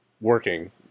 working